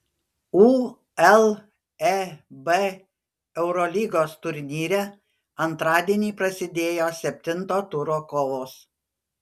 uleb eurolygos turnyre antradienį prasidėjo septinto turo kovos